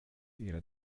ihre